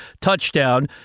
touchdown